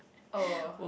oh